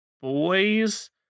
boys